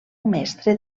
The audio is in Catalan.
mestre